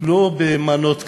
לא במנות קטנות,